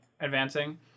Advancing